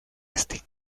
este